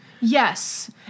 Yes